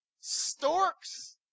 Storks